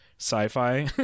sci-fi